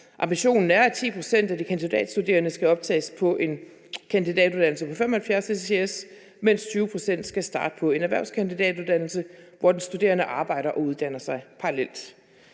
Ambitionen er, at 10 pct. af de kandidatstuderende skal optages på en kandidatuddannelse på 75 ECTS-point, mens 20 pct. skal starte på en erhvervskandidatuddannelse, hvor den studerende arbejder og uddanner sig parallelt.